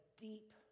deep